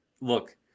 look